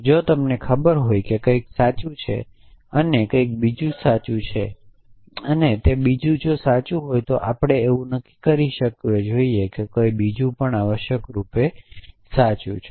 જો તમને ખબર હોય કે કંઈક સાચું છે અને કંઈક બીજું સાચું છે અને કંઈક બીજું સાચું છે તો આપણે એવું નક્કી કરી શકવું જોઈએ કે કંઈક બીજું આવશ્યકરૂપે સાચું છે